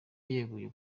yeguye